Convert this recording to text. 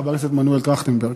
חבר הכנסת מנואל טרכטנברג.